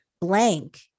blank